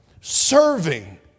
Serving